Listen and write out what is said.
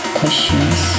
questions